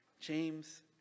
James